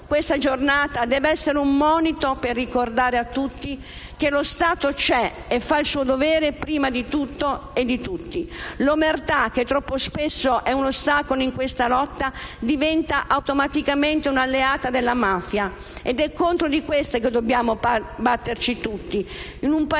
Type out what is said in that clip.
questa Giornata deve essere un monito per ricordare a tutti che lo Stato c'è e fa il suo dovere prima di tutto e tutti. L'omertà, che troppo spesso è un ostacolo in questa lotta, diventa automaticamente un'alleata della mafia ed è contro di questa che dobbiamo batterci tutti,